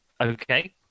Okay